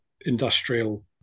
industrial